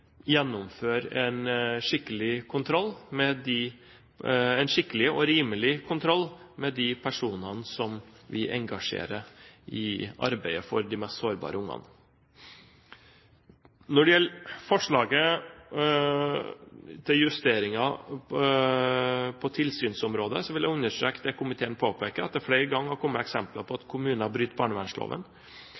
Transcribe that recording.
gjennomføre en skikkelig og rimelig kontroll av de personene som vi engasjerer i arbeidet for de mest sårbare barna. Når det gjelder forslaget til justeringer på tilsynsområdet, vil jeg understreke det komiteen påpeker, at det flere ganger har kommet eksempler på at kommuner bryter barnevernsloven,